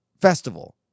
festival